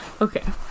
Okay